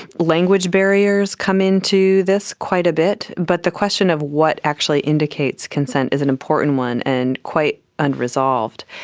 language barriers come into this quite a bit, but the question of what actually indicates consent is an important one and quite unresolved.